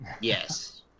Yes